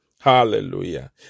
Hallelujah